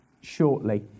shortly